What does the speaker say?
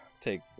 take